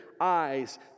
eyes